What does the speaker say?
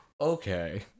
Okay